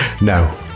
No